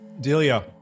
Delia